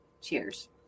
Cheers